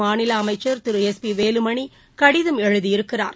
மாநில அமைச்சர் திரு எஸ் பி வேலுமணி கடிதம் எழுதியிருக்கிறார்